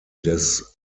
des